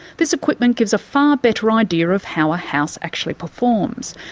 this equipment gives a far better ah idea of how a house actually performs,